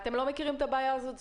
אתם לא מכירים את הבעיה הזאת?